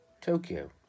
Tokyo